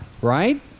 right